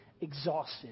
exhausted